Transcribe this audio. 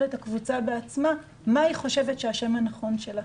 את הקבוצה בעצמה מה היא חושבת שהשם הנכון שלה.